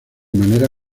manera